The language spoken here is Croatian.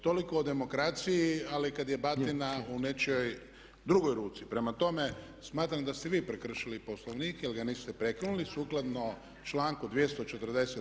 Toliko o demokraciji, ali kad je batina u nečijoj drugoj ruci, prema tome smatram da ste vi prekršili Poslovnik jer ga niste prekinuli sukladno članku 240.